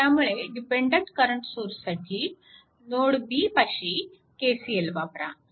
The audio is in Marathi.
त्यामुळे डिपेन्डन्ट करंट सोर्ससाठी नोड B पाशी KCL वापरा